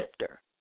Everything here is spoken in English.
lifter